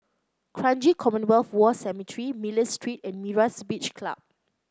Kranji Commonwealth War Cemetery Miller Street and Myra's Beach Club